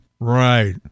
Right